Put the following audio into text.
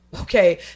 Okay